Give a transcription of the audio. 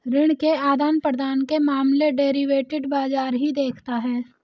ऋण के आदान प्रदान के मामले डेरिवेटिव बाजार ही देखता है